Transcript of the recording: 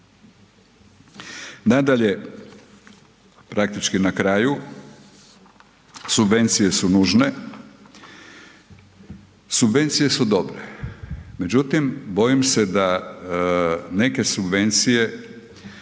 Nadalje, praktički na kraju, subvencije su nužne, subvencije su dobre međutim bojim se da neke subvencije